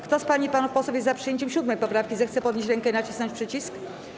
Kto z pań i panów posłów jest za przyjęciem 7. poprawki, zechce podnieść rękę i nacisnąć przycisk.